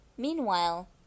Meanwhile